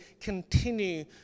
continue